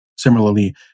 Similarly